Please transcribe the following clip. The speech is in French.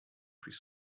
plus